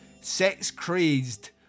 sex-crazed